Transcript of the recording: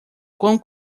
quão